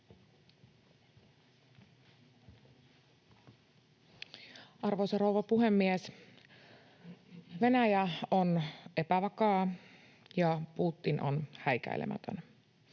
Arvoisa rouva puhemies! Venäjä on epävakaa, ja Putin on häikäilemätön,